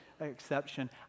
exception